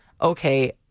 Okay